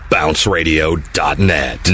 BounceRadio.net